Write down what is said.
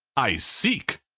i seek!